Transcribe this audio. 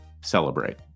celebrate